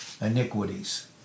iniquities